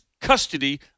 custody